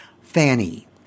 Fanny